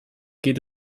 geht